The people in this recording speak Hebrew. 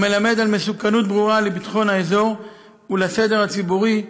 המלמד על מסוכנות ברורה לביטחון האזור ולסדר הציבורי,